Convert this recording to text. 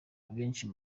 benshi